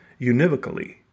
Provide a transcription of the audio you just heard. univocally